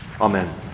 Amen